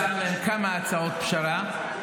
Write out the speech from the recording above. והצענו להם כמה הצעות פשרה.